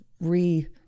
re